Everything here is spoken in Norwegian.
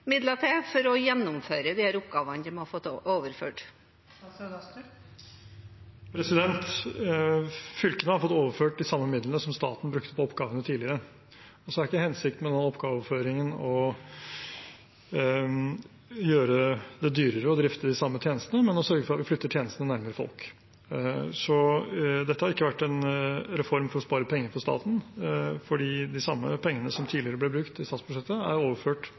midler til for å gjennomføre disse oppgavene som de har fått overført? Fylkene har fått overført de samme midlene som staten brukte på oppgavene tidligere. Hensikten med denne oppgaveoverføringen er ikke å gjøre det dyrere å drifte de samme tjenestene, men å sørge for å at vi flytter tjenestene nærmere folk. – Så dette har ikke vært en reform for å spare penger for staten, fordi de samme pengene som tidligere ble brukt i statsbudsjettet, er overført